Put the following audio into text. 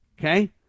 Okay